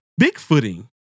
Bigfooting